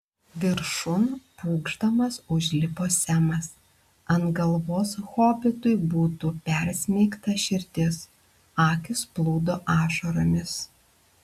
viršun pūkšdamas užlipo semas ant galvos hobitui būtų persmeigta širdis akys plūdo ašaromis